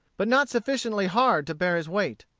but not sufficiently hard to bear his weight,